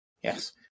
Yes